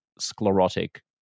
sclerotic